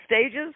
stages